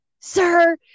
sir